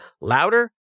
Louder